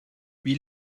wie